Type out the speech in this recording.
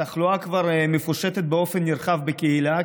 התחלואה כבר מפושטת באופן נרחב בקהילה,